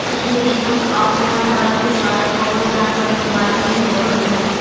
कश्मीरी ऊन आउ कोमल धागा के उत्पादन कोमल जानवर के बाल से होवऽ हइ